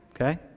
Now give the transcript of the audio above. okay